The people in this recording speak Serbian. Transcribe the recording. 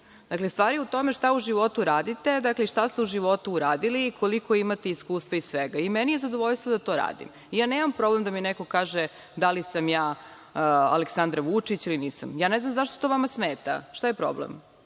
sa tim. Stvar je u tome šta u životu radite i šta ste u životu uradili i koliko imate iskustva iz svega. Meni je zadovoljstvo da to radim. Nemam problem da mi neko kaže da li sam ja Aleksandar Vučić ili nisam. Ne znam zašto to vama smeta. Šta je problem,